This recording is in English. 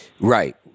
right